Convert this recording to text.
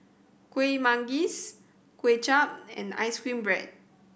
Kueh Manggis Kway Chap and ice cream bread